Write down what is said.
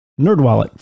NerdWallet